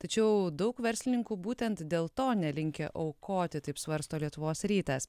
tačiau daug verslininkų būtent dėl to nelinkę aukoti taip svarsto lietuvos rytas